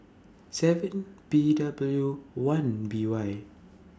seven P W one B Y